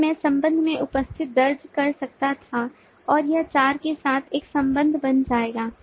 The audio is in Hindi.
तब मैं संबंध में उपस्थिति दर्ज कर सकता था और यह चार के साथ एक संबंध बन जाएगा